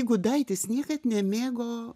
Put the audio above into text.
gudaitis niekad nemėgo